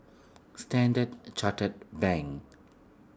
Standard Chartered Bank